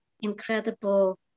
incredible